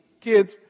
kids